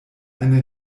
eine